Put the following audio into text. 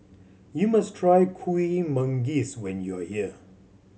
you must try Kuih Manggis when you are here